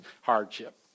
hardship